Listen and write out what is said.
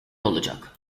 olacak